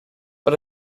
but